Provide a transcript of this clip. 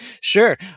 Sure